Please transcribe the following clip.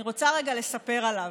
אני רוצה לרגע לספר עליו.